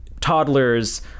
Toddlers